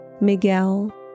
Miguel